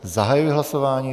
Zahajuji hlasování.